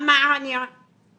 למעון יום.